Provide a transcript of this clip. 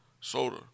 soda